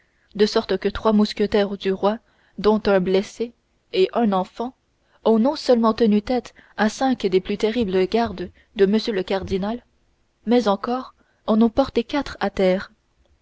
de sorte que trois mousquetaires du roi dont un blessé et un enfant non seulement ont tenu tête à cinq des plus terribles gardes de m le cardinal mais encore en ont porté quatre à terre